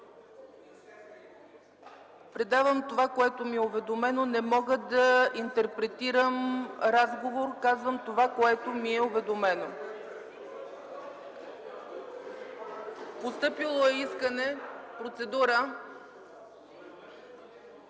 Предавам това, което ми е уведомено. Не мога да интерпретирам разговор. Казвам това, което ми е уведомено. (Шум и реплики.) За процедура